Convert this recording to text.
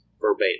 verbatim